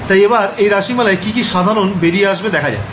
তাই এবার এই রাশিমালায় কি কি সাধারণ বেরিয়ে আসবে দেখা যাক